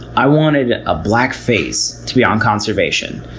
i wanted a black face to be on conservation.